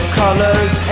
colors